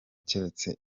keretse